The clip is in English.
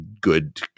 good